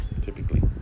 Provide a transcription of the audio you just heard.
typically